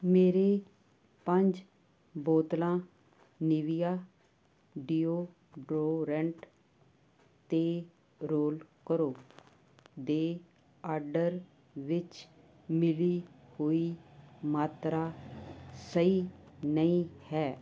ਮੇਰੇ ਪੰਜ ਬੋਤਲਾਂ ਨੀਵੀਆ ਡੀਓਡੋਰੈਂਟ ਅਤੇ ਰੋਲ ਕਰੋ ਦੇ ਆਰਡਰ ਵਿੱਚ ਮਿਲੀ ਹੋਈ ਮਾਤਰਾ ਸਹੀ ਨਹੀਂ ਹੈ